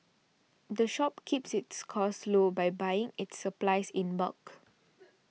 the shop keeps its costs low by buying its supplies in bulk